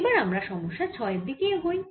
এবার আমরা সমস্যা 6 এর দিকে এগোই